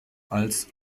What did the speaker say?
als